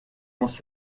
muss